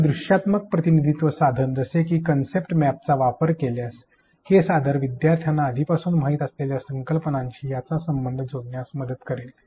आपण दृश्यात्मक प्रतिनिधित्व साधन जसे की कन्सेप्ट मॅपसचा वापर केल्यास हे साधन विद्यार्थ्यांना आधीपासून माहीत असलेल्या संकल्पनाशी याचा संबंध जोडण्यास मदत करेल